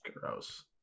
Gross